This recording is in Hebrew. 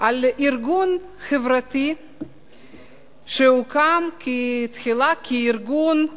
על ארגון חברתי שהוקם תחילה כארגון חסד.